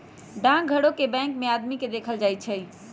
डाकघरो में बैंक के आदमी के देखल जाई छई